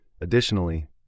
Additionally